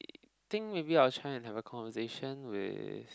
I think maybe I will try and have a conversation with